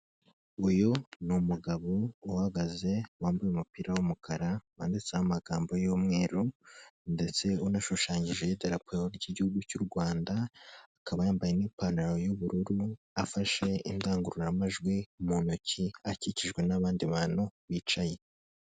Uyu ni umugabo uhagaze wambaye umupira w'umukara, wanditseho amagambo y'umweru ndetse unashushanyijeho n'idarapo ry'igihugu cy'U Rwanda, akaba yambaye n'ipantaro y'ubururu afashe n'indangururamajwi mu intoki akikijwe n'abandi bantu bicaye